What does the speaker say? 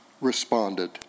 responded